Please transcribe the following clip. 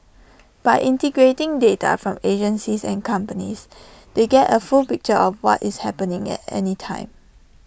by integrating data from agencies and companies they get A full picture of what is happening at any time